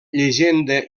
llegenda